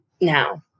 now